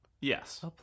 Yes